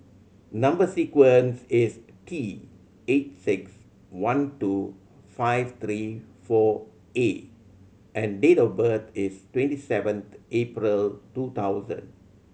number sequence is T eight six one two five three four A and date of birth is twenty seven April two thousand